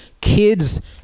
kids